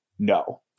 No